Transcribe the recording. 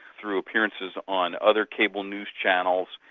through appearances on other cable news channels.